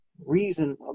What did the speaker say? reason